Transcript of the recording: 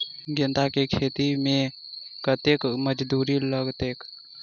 गेंदा केँ खेती मे कतेक मजदूरी लगतैक?